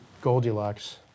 Goldilocks